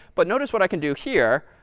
but notice what i can do here.